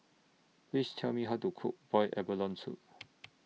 Please Tell Me How to Cook boiled abalone Soup